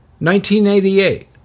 1988